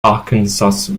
arkansas